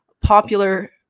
popular